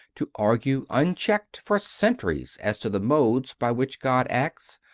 to argue, unchecked, for centuries as to the modes by which god acts,